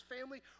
family